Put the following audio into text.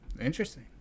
Interesting